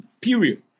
period